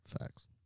Facts